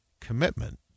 commitment